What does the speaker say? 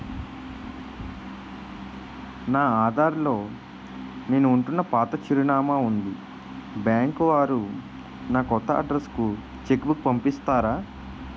నా ఆధార్ లో నేను ఉంటున్న పాత చిరునామా వుంది బ్యాంకు వారు నా కొత్త అడ్రెస్ కు చెక్ బుక్ పంపిస్తారా?